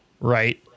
right